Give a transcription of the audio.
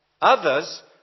Others